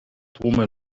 tłumy